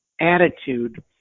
attitude